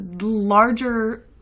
larger